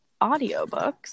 audiobooks